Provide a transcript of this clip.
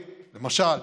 למשל,